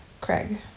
Craig